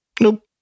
Nope